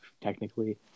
technically